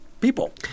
people